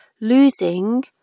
losing